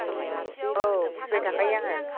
औ फिसिबाय थाखायो आङो